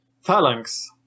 phalanx